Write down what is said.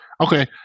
okay